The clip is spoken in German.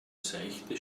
seichte